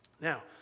Now